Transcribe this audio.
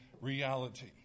reality